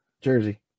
Jersey